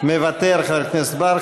מוותר, חבר הכנסת בר.